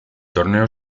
torneo